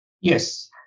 Yes